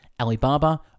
Alibaba